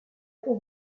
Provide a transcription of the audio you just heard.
pour